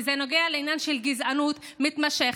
כי זה נוגע לעניין של גזענות מתמשכת.